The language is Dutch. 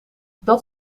dat